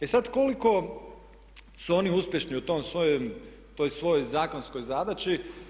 E sad koliko su oni uspješni u toj svojoj zakonskoj zadaći?